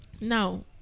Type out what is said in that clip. now